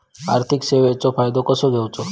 आर्थिक सेवाचो फायदो कसो घेवचो?